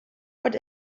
what